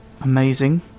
amazing